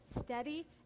steady